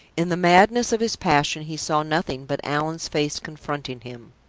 in the madness of his passion he saw nothing but allan's face confronting him.